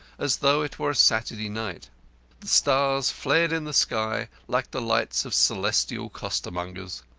as though it were a saturday night. the stars flared in the sky like the lights of celestial costermongers.